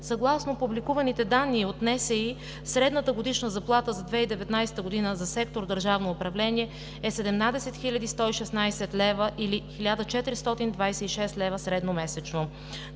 Съгласно публикуваните данни от НСИ средната годишна заплата за 2019 г. за сектор „Държавно управление“ е 17 116 лв., или 1426 лв. средно месечно.